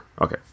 Okay